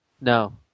No